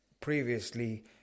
previously